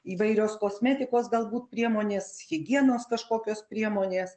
įvairios kosmetikos galbūt priemonės higienos kažkokios priemonės